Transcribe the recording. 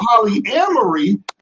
polyamory